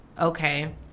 okay